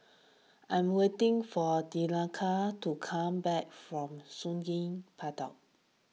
I am waiting for Danika to come back from Sungei Pedok